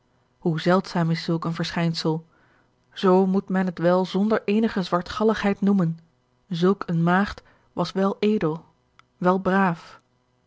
zeldzaam is zulk een verschijn sel zoo moet men het wel zonder eenige zwartgalligheid noemen zulk eene maagd was wel edel wel braaf